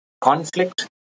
conflict